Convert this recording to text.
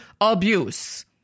abuse